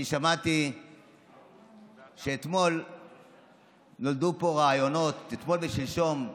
אני שמעתי שאתמול נולדו פה רעיונות, אתמול ושלשום,